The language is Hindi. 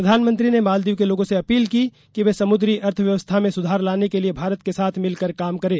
प्रधानमंत्री ने मालदीव के लोगों से अपील की कि वे समुद्री अर्थव्यवस्था में सुधार लाने के लिए भारत के साथ मिलकर काम करें